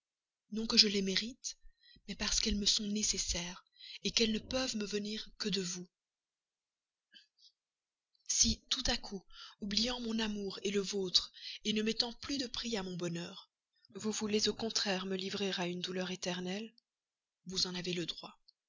non que je les mérite mais parce qu'elles me sont nécessaires qu'elles ne peuvent me venir que de vous si tout à coup oubliant mon amour le vôtre ne mettant plus de prix à mon bonheur vous voulez au contraire me livrer à une douleur éternelle vous en avez le droit